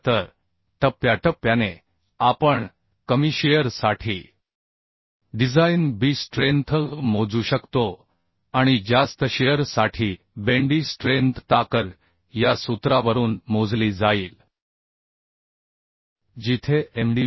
तर टप्प्याटप्प्याने आपण कमी शिअर साठी डिझाइन बी स्ट्रेंथ मोजू शकतो आणि ज्यास्त शिअर साठी बेंडी स्ट्रेंथ ताकद या सूत्रावरून मोजली जाईल जिथे Mdv